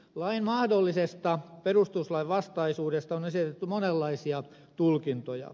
lain mahdollisesta perustuslainvastaisuudesta on esitetty monenlaisia tulkintoja